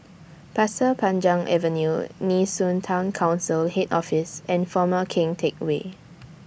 Pasir Panjang Avenue Nee Soon Town Council Head Office and Former Keng Teck Whay